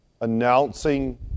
announcing